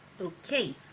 Okay